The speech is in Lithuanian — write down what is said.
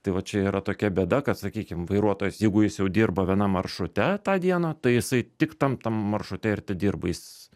tai va čia yra tokia bėda kad sakykim vairuotojas jeigu jis jau dirba vienam maršrute tą dieną tai jisai tik tam tam maršrute ir tedirba jis